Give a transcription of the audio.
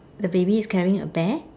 the baby is carrying a bear